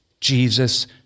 Jesus